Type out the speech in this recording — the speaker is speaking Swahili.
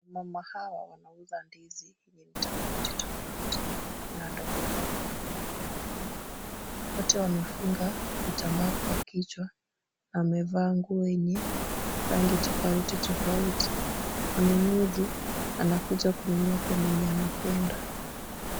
Wamama hawa wanauza ndizi yenye ni tofauti tofauti. Kuna ndogo ndogo na kuna kubwa kubwa. Wote wamefunga vitambaa kwa kichwa na wamevaa nguo yenye rangi tofauti tofauti. Mnunuzi anakuja kununua kwa mwenye anapenda.